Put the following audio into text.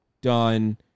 done